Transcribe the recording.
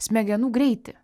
smegenų greitį